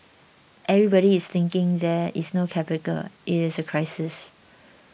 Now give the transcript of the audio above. everybody is thinking there is no capital it is a crisis